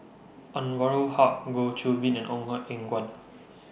Anwarul Haque Goh Qiu Bin and Ong Eng in Guan